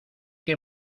que